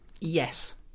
Yes